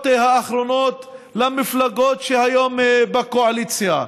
האחרונות למפלגות שהיום בקואליציה: